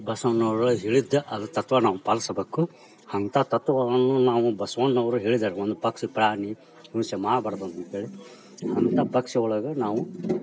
ಬಸವಣ್ಣ ಅವ್ರು ಹೇಳಿದ್ದ ಅದು ತತ್ವ ನಾವು ಪಾಲಿಸಬೇಕು ಹಂತ ತತ್ವಗಳನ್ನು ನಾವು ಬಸವಣ್ಣ ಅವ್ರು ಹೇಳಿದಾರೆ ಒಂದು ಪಕ್ಷಿ ಪ್ರಾಣಿ ಹಿಂಸೆ ಮಾಡಬಾರ್ದು ಅಂತ ಹೇಳಿ ಅಂತ ಪಕ್ಷಿಯೊಳಗೆ ನಾವು